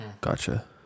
gotcha